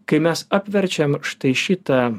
kai mes apverčiam štai šitą